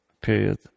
period